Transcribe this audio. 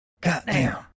Goddamn